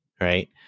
Right